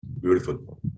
Beautiful